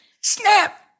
Snap